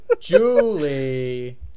Julie